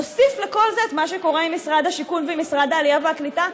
נוסיף לכל זה את מה שקורה עם משרד השיכון ומשרד העלייה והקליטה,